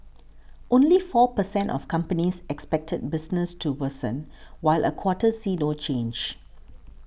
only four per cent of companies expected business to worsen while a quarter see no change